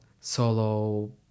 solo